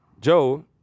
Joe